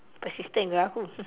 persistent ke aku